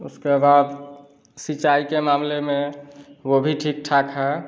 उसके बाद सिंचाई के मामले में वह भी ठी ठाक है